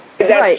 Right